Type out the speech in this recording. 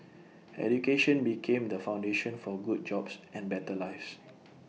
education became the foundation for good jobs and better lives